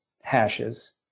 hashes